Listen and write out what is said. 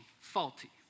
faulty